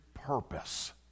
purpose